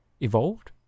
evolved